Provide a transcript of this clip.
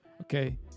okay